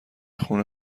خونه